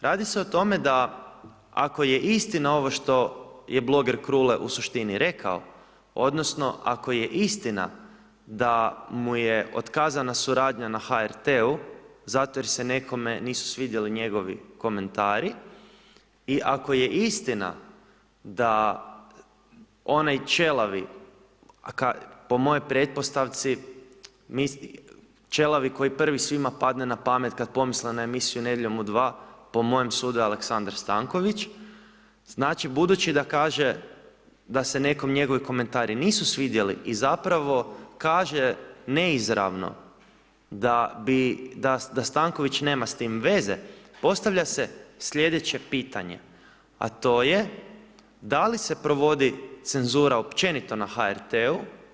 Radi se o tome da ako je istina ovo što je bloger Krule u suštini rekao, odnosno ako je istina da mu je otkazana suradnja na HRT-u zato jer se nekome nisu svidjeli njegovi komentari i ako je istina da onaj ćelavi, a po mojoj pretpostavci, ćelavi koji prvi svima padne na pamet, kada pomisle na emisiju Nedjeljom u 2, po mojem sudu je Aleksandar Stanković, znači budući da kaže da se nekom njegovi komentari nisu svidjeli i zapravo kaže neizravno da bi, da Stanković nema s time veze, postavlja se sljedeće pitanje a to je da li se provodi cenzura općenito na HRT-u.